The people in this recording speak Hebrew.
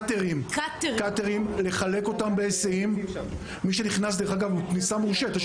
שמתכוונים לחלק אותם בהיסעים למי שנכנס בכניסה מורשית,